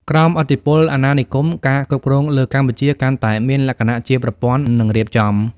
ក្រោមឥទ្ធិពលអាណានិគម ការគ្រប់គ្រងលើកម្ពុជាកាន់តែមានលក្ខណៈជាប្រព័ន្ធ និងរៀបចំ។